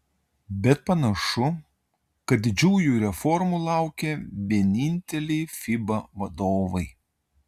bet panašu kad didžiųjų reformų laukia vieninteliai fiba vadovai